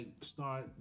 start